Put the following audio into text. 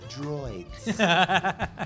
droids